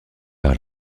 par